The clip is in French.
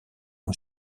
ont